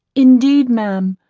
indeed, madam,